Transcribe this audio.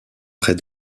près